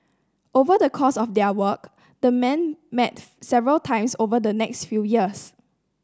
over the course of their work the men met several times over the next few years